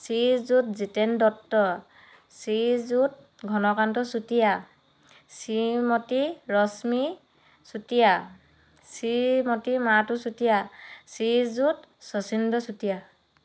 Srijut Jiten Dutta Shriyut Ghanakanta Chutia Shrimati Rashmi Chutia Shrimati Matu Chutia Shriyut Sachindra Chutia